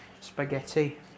spaghetti